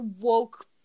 woke